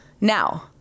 now